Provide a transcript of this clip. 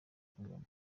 kagame